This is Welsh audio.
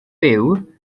byw